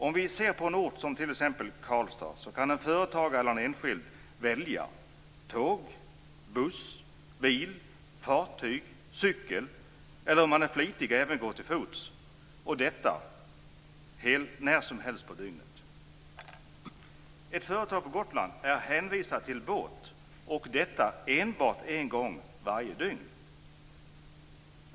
Om vi ser på en ort som t.ex. Karlstad kan en företagare eller en enskild välja mellan tåg, buss, bil, fartyg och cykel, och om han är flitig kan han även gå till fots, och detta när som helst på dygnet. Ett företag på Gotland är hänvisat till båt, och den går enbart en gång varje dygn.